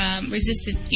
resistant